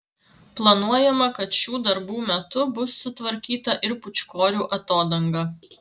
planuojama kad šių darbų metu bus sutvarkyta ir pūčkorių atodanga